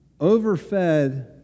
overfed